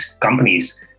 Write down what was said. companies